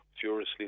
furiously